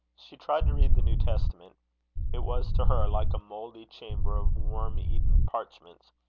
she tried to read the new testament it was to her like a mouldy chamber of worm-eaten parchments,